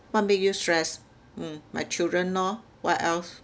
what make you stress mm my children lor what else